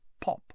pop